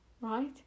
right